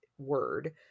word